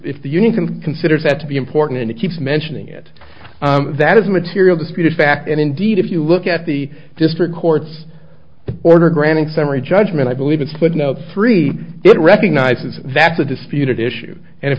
if the union can considers that to be important and it keeps mentioning it that is material disputed fact and indeed if you look at the district court's order granting summary judgment i believe it's footnote three it recognizes that the disputed issue and if